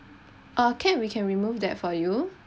uh can we can remove that for you